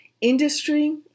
industry